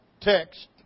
text